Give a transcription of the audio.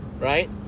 right